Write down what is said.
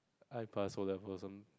I pass for that